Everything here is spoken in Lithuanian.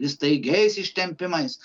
staigiais ištempimais